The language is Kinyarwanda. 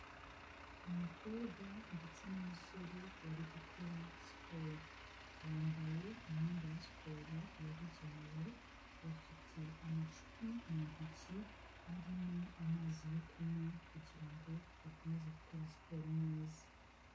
Umukobwa ndetse n'umusore bari gukora siporo bambaye imyenda ya siporo yabugenewe, bafite amacupa mu ntoki arimo amazi yo kunywa kugira ngo bakomeze gukora siporo neza.